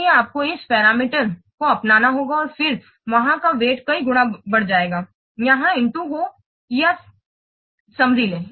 इसलिए आपको इस पैरामीटर को अपनाना होगा और फिर वहाँ का वज़न कई गुना बढ़ जाएगा यहां 'into' हो और सारांश ले